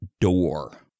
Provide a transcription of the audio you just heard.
door